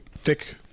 thick